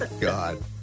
God